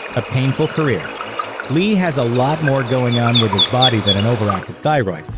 a painful career li has a lot more going on with his body than an overactive thyroid,